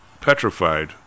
petrified